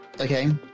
Okay